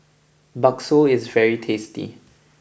Bakso is very tasty